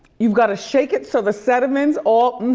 you've gotta shake it so the sediments all.